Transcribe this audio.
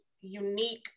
unique